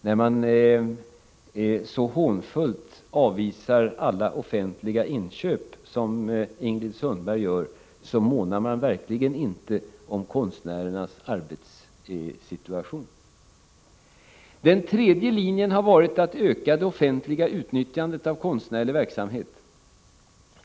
När man så hånfullt avvisar alla offentliga inköp som Ingrid Sundberg gör, månar man verkligen inte om konstnärernas arbetssituation. Den tredje linjen har varit att öka det offentliga utnyttjandet av konstnärlig verksamhet.